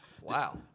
Wow